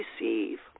receive